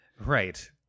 Right